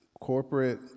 Corporate